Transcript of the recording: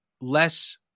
less